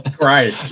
Right